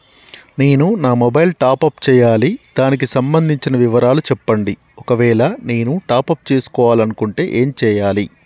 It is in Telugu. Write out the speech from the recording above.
నేను నా మొబైలు టాప్ అప్ చేయాలి దానికి సంబంధించిన వివరాలు చెప్పండి ఒకవేళ నేను టాప్ చేసుకోవాలనుకుంటే ఏం చేయాలి?